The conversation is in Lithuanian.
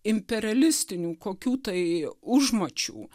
imperialistinių kokių tai užmačių